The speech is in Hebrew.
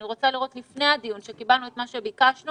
אני רוצה לראות לפני הדיון שקיבלנו את מה שביקשנו